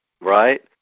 Right